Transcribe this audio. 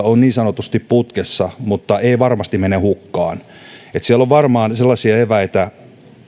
on niin sanotusti putkessa mutta viesti ei varmasti mene hukkaan siellä on varmaan sellaisia eväitä